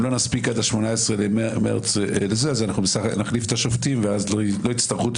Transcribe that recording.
אם לא נספיק עד 18 במרץ נחליף את השופטים ואז לא יצטרכו את